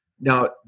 now